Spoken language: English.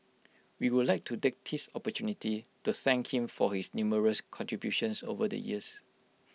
we would like to take this opportunity to thank him for his numerous contributions over the years